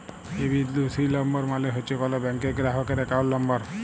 এ বিন্দু C number মালে হছে কল ব্যাংকের গেরাহকের একাউল্ট লম্বর